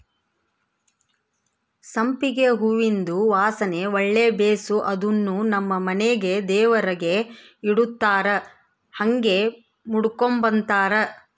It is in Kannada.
ಸಂಪಿಗೆ ಹೂವಿಂದು ವಾಸನೆ ಒಳ್ಳೆ ಬೇಸು ಅದುನ್ನು ನಮ್ ಮನೆಗ ದೇವರಿಗೆ ಇಡತ್ತಾರ ಹಂಗೆ ಮುಡುಕಂಬತಾರ